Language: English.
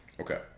Okay